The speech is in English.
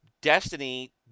Destiny